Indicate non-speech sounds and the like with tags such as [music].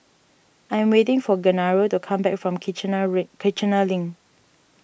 I am waiting for Genaro to come back from Kiichener [unintelligible] Kiichener Link